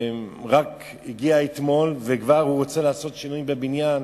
רק אתמול הגיע וכבר הוא רוצה לעשות שינויים בבניין.